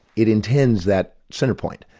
it intends that centre point.